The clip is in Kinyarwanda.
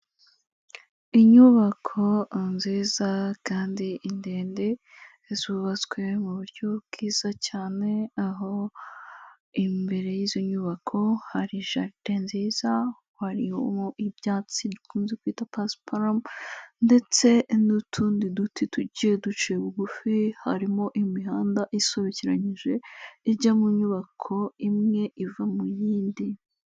Inyubako nziza kandi ndende, zubatswe mu buryo bwiza cyane, aho imbere y'izo nyubako hari jaride nziza, haro ibyatsi dukunze kwita pasiparuma ndetse n'utundi duti tugiye duciye bugufi, harimo imihanda isobekeranyije ijya mu nyubako imwe iva mu yindi.